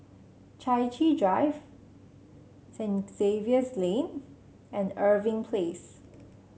Chai Chee Drive Saint Xavier's Lane and Irving Place